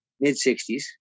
mid-60s